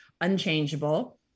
unchangeable